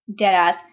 Deadass